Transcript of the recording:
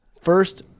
first